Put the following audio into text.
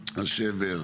השבר,